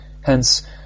Hence